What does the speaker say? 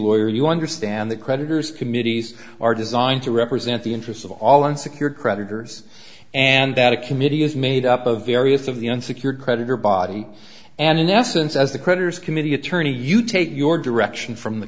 lawyer you and the creditors committees are designed to represent the interests of all unsecured creditors and that a committee is made up of various of the unsecured creditors body and in essence as the creditors committee attorney you take your direction from the